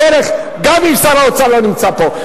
גם אם שר האוצר לא נמצא פה,